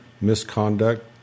misconduct